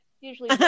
usually